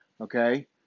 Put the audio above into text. okay